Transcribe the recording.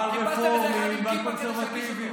חיפשתם איזה אחד עם כיפה כדי שיגיש אותו,